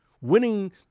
Winning